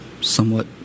somewhat